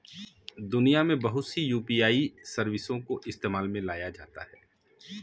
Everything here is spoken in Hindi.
दुनिया में बहुत सी यू.पी.आई सर्विसों को इस्तेमाल में लाया जाता है